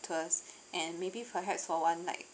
tours and maybe perhaps for one night